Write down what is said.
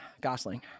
Gosling